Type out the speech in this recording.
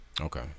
Okay